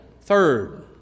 Third